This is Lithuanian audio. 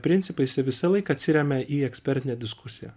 principais ir visąlaik atsiremia į ekspertinę diskusiją